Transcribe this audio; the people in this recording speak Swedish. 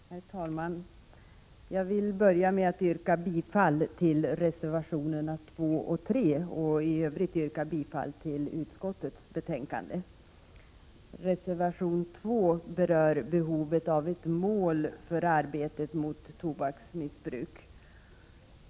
Herr talman! Jag vill börja med att yrka bifall till reservation 2 och 3 och i övrigt bifall till utskottets hemställan. Reservation 2 gäller behovet av mål för arbetet mot tobaksmissbruk.